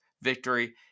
victory